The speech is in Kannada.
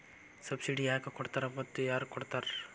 ಸಬ್ಸಿಡಿ ಯಾಕೆ ಕೊಡ್ತಾರ ಮತ್ತು ಯಾರ್ ಕೊಡ್ತಾರ್?